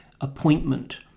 appointment